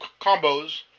combos